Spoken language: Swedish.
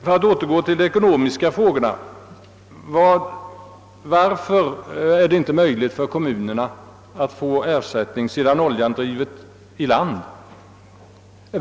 För att återgå till de ekonomiska frågorna: Varför är det inte möjligt för kommunerna att få ersättning sedan olja drivit i land?